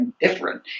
different